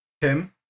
Tim